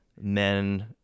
men